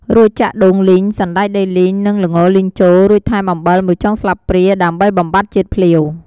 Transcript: រួចចាក់ដូងលីង សណ្តែកដីលីង និងល្ងលីងចូល រួចថែមអំបិល ១ចុងស្លាបព្រា ដើម្បីបំបាត់ជាតិភ្លាវ។